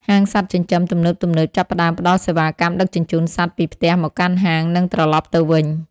ហាងសត្វចិញ្ចឹមទំនើបៗចាប់ផ្ដើមផ្ដល់សេវាកម្មដឹកជញ្ជូនសត្វពីផ្ទះមកកាន់ហាង និងត្រឡប់ទៅវិញ។